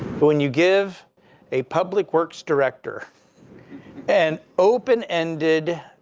when you give a public works director an open-ended,